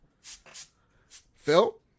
phil